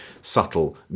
subtle